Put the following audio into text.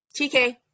tk